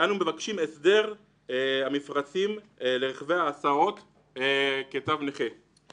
אנו מבקשים הסדרת המפרצים לרכבי הסעות כתו נכה.